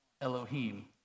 Elohim